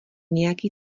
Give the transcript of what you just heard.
nějaký